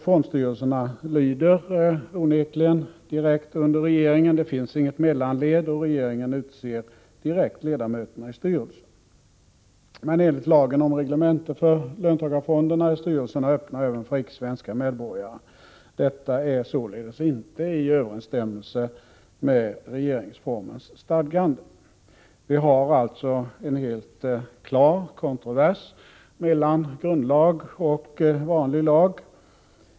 Fondstyrelserna lyder onekligen direkt under regeringen. Det finns inget mellanled, och regeringen utser direkt ledamöterna i styrelse. 139 Men enligt lagen om reglemente för löntagarfonderna är styrelserna öppna även för icke svenska medborgare. Detta är således inte i överensstämmelse med regeringsformens stadgande. Vi har alltså en helt klar kontrovers mellan grundlag och vanlig lag.